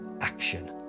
action